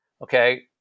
okay